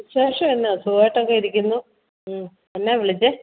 വിശേഷം എന്നാ സുഖമായിട്ടൊക്കെ ഇരിക്കുന്നു ഉം എന്നാ വിളിച്ചേ